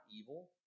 evil